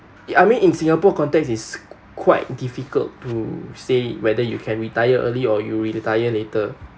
eh I mean in singapore context is quite difficult to say whether you can retire early or you retire later